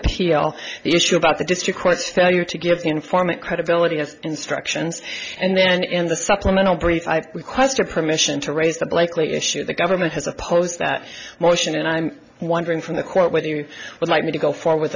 appeal issue about the district court's failure to give the informant credibility as instructions and then in the supplemental grief i requested permission to raise the blakely issue the government has opposed that motion and i'm wondering from the court whether you would like me to go for with